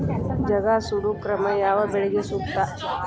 ಜಗಾ ಸುಡು ಕ್ರಮ ಯಾವ ಬೆಳಿಗೆ ಸೂಕ್ತ?